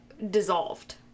dissolved